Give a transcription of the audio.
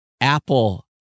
Apple